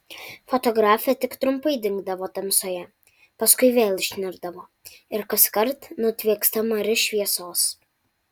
fotografė tik trumpai dingdavo tamsoje paskui vėl išnirdavo ir kaskart nutvieksta mari šviesos